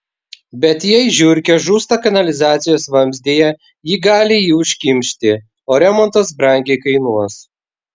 bet jei žiurkė žūsta kanalizacijos vamzdyje ji gali jį užkimšti o remontas brangiai kainuos